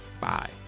bye